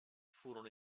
furono